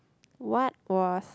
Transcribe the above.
what was